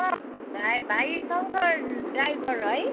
भाइ शङ्कर ड्राइभर है